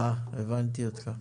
אה, הבנתי אותך.